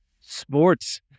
sports